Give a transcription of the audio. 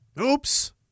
Oops